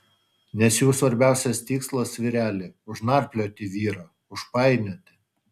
nes jų svarbiausias tikslas vyreli užnarplioti vyrą užpainioti